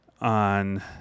on